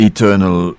Eternal